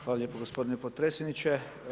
Hvala lijepo gospodine potpredsjedniče.